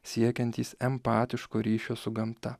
siekiantys empatiško ryšio su gamta